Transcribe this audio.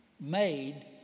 made